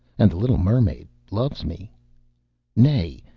and the little mermaid loves me nay,